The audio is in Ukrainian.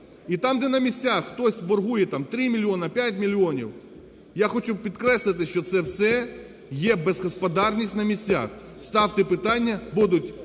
І там, де на місцях хтось боргує там 3 мільйони, 5 мільйонів, я хочу підкреслити, що це все є безгосподарність на місцях. Ставте питання, будуть